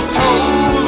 told